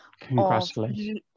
Congratulations